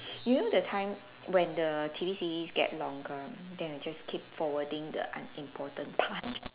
you know the time when the T_V series gets longer then you just keep forward the unimportant part